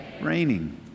raining